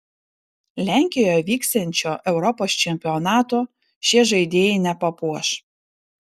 lenkijoje vyksiančio europos čempionato šie žaidėjai nepapuoš